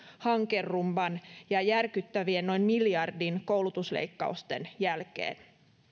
hankerumban ja järkyttävien noin miljardin koulutusleikkausten jälkeen